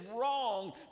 wrong